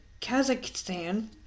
Kazakhstan